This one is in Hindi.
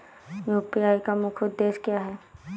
यू.पी.आई का मुख्य उद्देश्य क्या है?